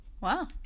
wow